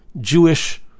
Jewish